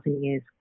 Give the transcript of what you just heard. years